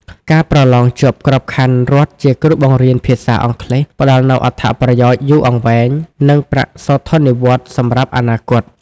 ការប្រឡងជាប់ក្របខ័ណ្ឌរដ្ឋជាគ្រូបង្រៀនភាសាអង់គ្លេស ផ្តល់នូវអត្ថប្រយោជន៍យូរអង្វែង និងប្រាក់សោធននិវត្តន៍សម្រាប់អនាគត។